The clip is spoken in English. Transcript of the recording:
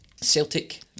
Celtic